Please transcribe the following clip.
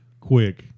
quick